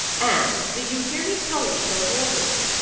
anne, did you hear me tell you to go to your room?